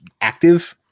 active –